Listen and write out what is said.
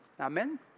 Amen